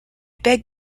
beg